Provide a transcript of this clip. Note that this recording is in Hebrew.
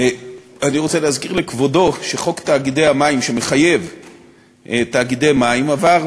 ועל התשובה של שרת המשפטים, ואני מפנה לחוק